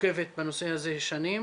עוקבת בנושא הזה שנים,